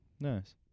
Nice